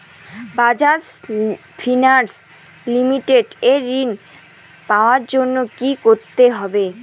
Bajaj Finance Limited এ ঋন পাওয়ার জন্য কি করতে হবে?